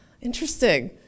Interesting